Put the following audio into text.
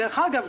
דרך אגב,